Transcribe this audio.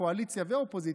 קואליציה ואופוזיציה,